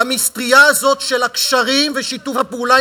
למטרייה הזאת של הקשרים ושיתוף הפעולה